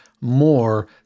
more